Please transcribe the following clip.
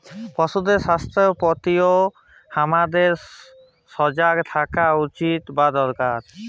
পশুদের স্বাস্থ্যের প্রতিও হামাদের সজাগ থাকা উচিত আর দরকার